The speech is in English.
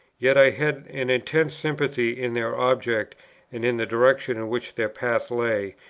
yet i had an intense sympathy in their object and in the direction in which their path lay,